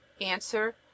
Answer